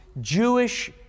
Jewish